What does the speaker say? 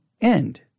end